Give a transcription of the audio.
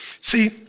See